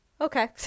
Okay